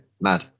Mad